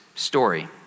story